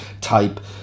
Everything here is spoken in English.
type